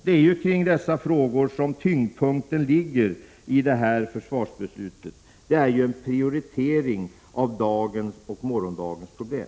Det är kring dessa frågor som tyngdpunkten ligger i detta försvarsbeslut — det är en prioritering av dagens och morgondagens problem.